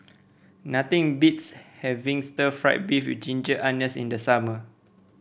nothing beats having Stir Fried Beef with Ginger Onions in the summer